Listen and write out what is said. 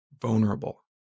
vulnerable